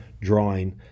drawing